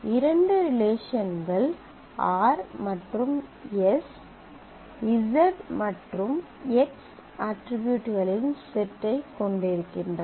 இரண்டு ரிலேஷன்கள் r மற்றும் s z மற்றும் x அட்ரிபியூட்களின் செட் ஐ கொண்டிருக்கின்றன